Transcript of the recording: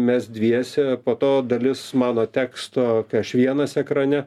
mes dviese po to dalis mano teksto vienas ekrane